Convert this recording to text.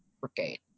brigade